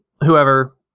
whoever